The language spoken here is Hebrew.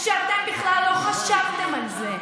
כשאתם בכלל לא חשבתם על זה.